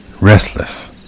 restless